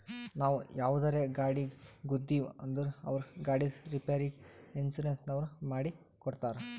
ನಾವು ಯಾವುದರೇ ಗಾಡಿಗ್ ಗುದ್ದಿವ್ ಅಂದುರ್ ಅವ್ರ ಗಾಡಿದ್ ರಿಪೇರಿಗ್ ಇನ್ಸೂರೆನ್ಸನವ್ರು ಮಾಡಿ ಕೊಡ್ತಾರ್